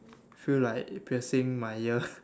feel like piercing my ear